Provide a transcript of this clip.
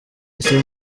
ese